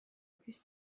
plus